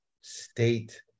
state